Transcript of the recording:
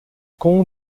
com